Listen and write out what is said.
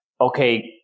okay